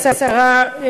גברתי השרה,